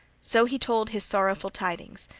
so he told his sorrowful tidings,